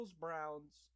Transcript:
Browns